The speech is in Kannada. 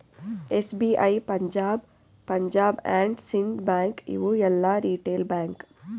SBI, Punjab, Punjab and Sind bank ಇವು ಎಲ್ಲಾ ರಿಟೇಲ್ ಬ್ಯಾಂಕ್